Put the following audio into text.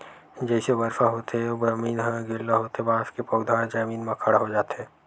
जइसे बरसा होथे अउ जमीन ह गिल्ला होथे बांस के पउधा ह जमीन म खड़ा हो जाथे